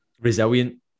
resilient